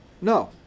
No